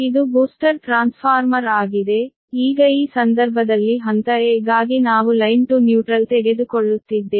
ಇದು booster transformer ಆಗಿದೆ ಈಗ ಈ ಸಂದರ್ಭದಲ್ಲಿ ಹಂತ a ಗಾಗಿ ನಾವು ಲೈನ್ ಟು ನ್ಯೂಟ್ರಲ್ ತೆಗೆದುಕೊಳ್ಳುತ್ತಿದ್ದೇವೆ